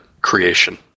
creation